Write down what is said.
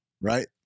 right